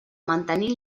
mantenir